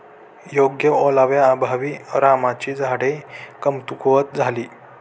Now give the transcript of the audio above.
योग्य ओलाव्याअभावी रामाची झाडे कमकुवत झाली